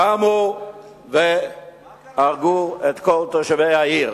קמו והרגו את כל תושבי העיר